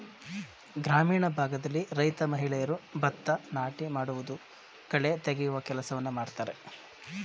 ಗ್ರಾಮೀಣ ಭಾಗದಲ್ಲಿ ರೈತ ಮಹಿಳೆಯರು ಭತ್ತ ನಾಟಿ ಮಾಡುವುದು, ಕಳೆ ತೆಗೆಯುವ ಕೆಲಸವನ್ನು ಮಾಡ್ತರೆ